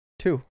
two